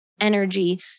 energy